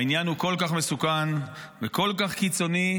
העניין הוא כל כך מסוכן וכל כך קיצוני,